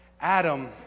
Adam